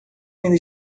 ainda